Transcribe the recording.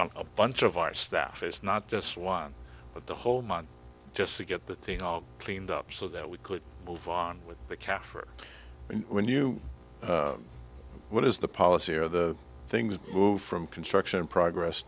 on a bunch of our staff it's not just one but the whole month just to get the thing all cleaned up so that we could move on with the kaffir when you what is the policy or the things move from construction progress